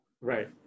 Right